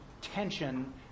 tension